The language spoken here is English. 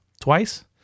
twice